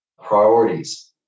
Priorities